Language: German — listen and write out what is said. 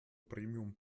premium